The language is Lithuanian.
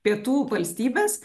pietų valstybes